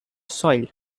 soil